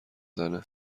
زنه